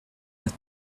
with